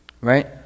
right